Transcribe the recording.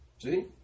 See